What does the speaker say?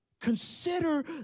consider